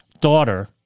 daughter